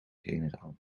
generaal